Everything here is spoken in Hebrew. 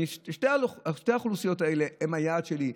שתי האוכלוסיות האלה הן היעד שלי,